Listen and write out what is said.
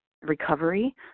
Recovery